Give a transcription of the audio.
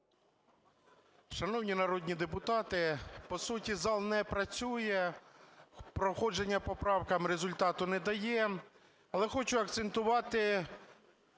Шановні народні депутати, по суті, зал не працює, проходження по правкам результату не дає. Але хочу акцентувати